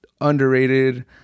underrated